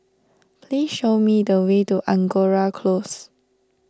please show me the way to Angora Close